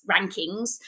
rankings